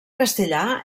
castellà